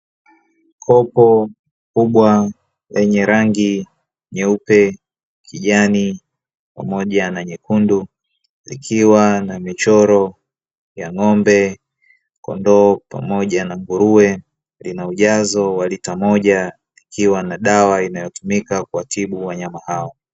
Kopo kubwa lenye rangi nyeupe, kijani pamoja na nyekundu likiwa na michoro ya ng'ombe, kondoo pamoja na nguruwe lina ujazo wa lita moja ikiwa na dawa inayotumika kuwatibu wanyama hao.